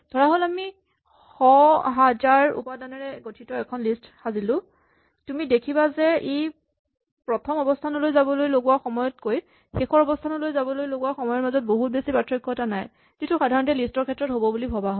ধৰাহ'ল আমি শ হাজাৰ উপাদানেৰে এখন লিষ্ট সাজিলো তুমি দেখিবা যে ই প্ৰথম অৱস্হানলৈ যাবলৈ লগোৱা সময়তকৈ শেষৰ অৱস্হানলৈ যাবলৈ লগোৱা সময়ৰ মাজত বহুত বেছি পাৰ্থক্য এটা নাই যিটো সাধাৰণতে লিষ্ট ৰ ক্ষেত্ৰত হ'ব বুলি ভৱা হয়